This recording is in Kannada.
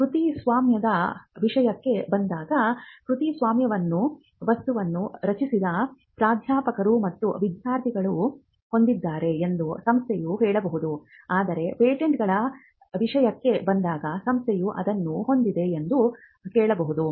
ಕೃತಿಸ್ವಾಮ್ಯದ ವಿಷಯಕ್ಕೆ ಬಂದಾಗ ಕೃತಿಸ್ವಾಮ್ಯವನ್ನು ವಸ್ತುವನ್ನು ರಚಿಸಿದ ಪ್ರಾಧ್ಯಾಪಕರು ಮತ್ತು ವಿದ್ಯಾರ್ಥಿಗಳು ಹೊಂದಿದ್ದಾರೆ ಎಂದು ಸಂಸ್ಥೆಯು ಹೇಳಬಹುದು ಆದರೆ ಪೇಟೆಂಟ್ಗಳ ವಿಷಯಕ್ಕೆ ಬಂದಾಗ ಸಂಸ್ಥೆಯು ಅದನ್ನು ಹೊಂದಿದೆ ಎಂದು ಹೇಳಬಹುದು